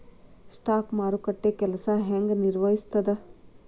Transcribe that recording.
stock ಮಾರುಕಟ್ಟೆ ಕೆಲ್ಸ ಹೆಂಗ ನಿರ್ವಹಿಸ್ತದ